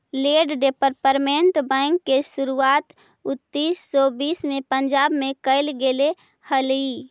land development bank के शुरुआत उन्नीस सौ बीस में पंजाब में कैल गेले हलइ